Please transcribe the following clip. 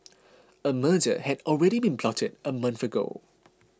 a murder had already been plotted a month ago